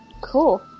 Cool